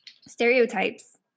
stereotypes